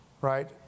Right